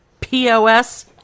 POS